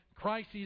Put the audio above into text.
crises